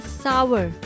sour